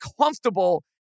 comfortable